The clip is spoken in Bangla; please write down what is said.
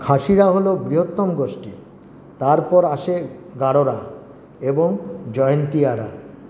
খাসিরা হল বৃহত্তম গোষ্ঠী তারপর আসে গাড়োরা এবং জয়ন্তিয়ারা